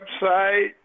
website